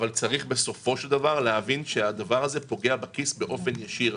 אבל צריך להבין שהדבר הזה פוגע בכיס באופן ישיר.